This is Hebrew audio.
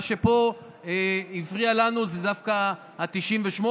מה שפה הפריע לנו זה דווקא ה-98,